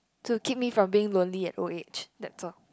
to keep me from being lonely at old age that's all